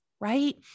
right